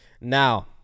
Now